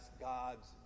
God's